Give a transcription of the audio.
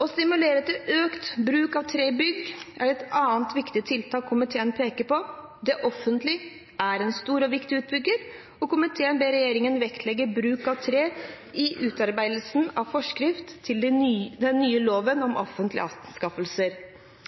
Å stimulere til økt bruk av tre i bygg er et annet viktig tiltak komiteen peker på. Det offentlige er en stor og viktig utbygger, og komiteen ber regjeringen vektlegge bruk av tre i utarbeidelsen av forskrift til den nye loven om offentlige anskaffelser.